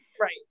right